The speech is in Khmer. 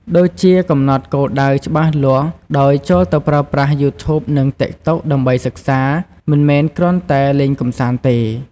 ដូចជាកំណត់គោលបំណងច្បាស់លាស់ ដោយចូលទៅប្រើប្រាស់ យូធូប និងតិកតុក ដើម្បីសិក្សា មិនមែនគ្រាន់តែលេងកម្សាន្តទេ។